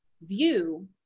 view